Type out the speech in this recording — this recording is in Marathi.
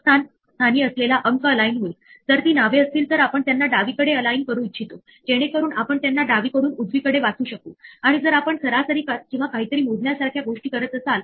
आता आपल्याकडे दोन मार्ग आहेत एक तर जी मध्ये ट्राय ब्लॉक असला पाहिजे पण जर जी मध्ये कुठलाही ट्राय ब्लॉक नाही तर या एरर चा परिणाम म्हणजे जी ला रद्द केले जाईल